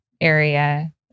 area